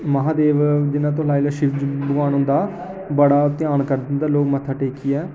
महादेव जि'यां तुस लाई लैओ शिवजी भगवान होंदा बड़ा ध्यान करदे लोग मत्था टेकियै